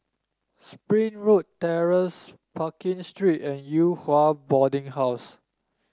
Springwood Terrace Pekin Street and Yew Hua Boarding House